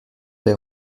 des